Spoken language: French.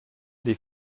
les